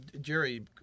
Jerry